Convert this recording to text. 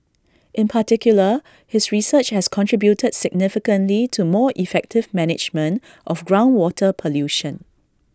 in particular his research has contributed significantly to more effective management of groundwater pollution